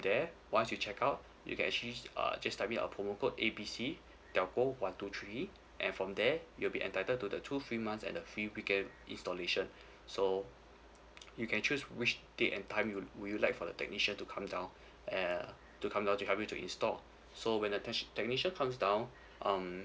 there once you check out you can actually uh just type in our promo code A B C telco one two three and from there you will be entitled to the two free months and the free weekend installation so you can choose which date and time you'd would you like for the technician to come down uh to come down to help you to install so when the techn~ technician comes down um